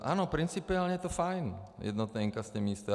Ano, principiálně je to fajn, jednotné inkasní místo.